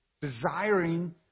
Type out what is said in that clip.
Desiring